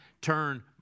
turn